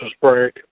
break